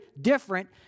different